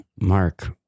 Mark